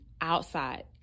outside